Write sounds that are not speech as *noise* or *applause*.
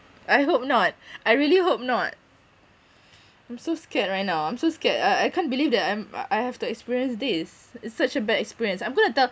I hope not *breath* I really hope not *breath* I'm so scared right now I'm so scared I I can't believe that I'm uh I have to experience this it's such a bad experience I'm gonna tell